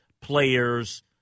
players